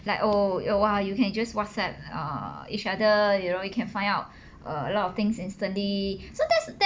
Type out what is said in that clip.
like oh oh !wah! you can just whatsapp ah each other you know you can find out a lot of things instantly so that's that